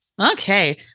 okay